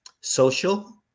social